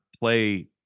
play